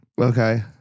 Okay